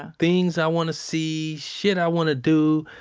ah things i wanna see. shit i wanna do.